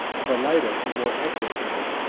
of a lighter and more active frame,